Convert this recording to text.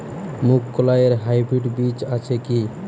মুগকলাই এর হাইব্রিড বীজ আছে কি?